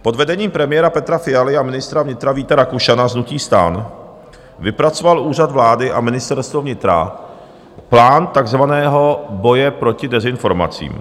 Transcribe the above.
Pod vedením premiéra Petra Fialy a ministra vnitra Víta Rakušana z hnutí STAN vypracoval Úřad vlády a Ministerstvo vnitra plán takzvaného boje proti dezinformacím.